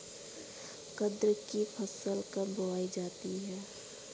गन्ने की फसल कब बोई जाती है?